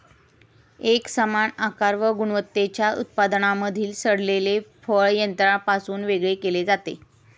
एकसमान आकार व गुणवत्तेच्या उत्पादनांमधील सडलेले फळ यंत्रापासून वेगळे केले जाते